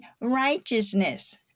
righteousness